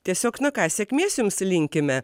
tiesiog na ką sėkmės jums linkime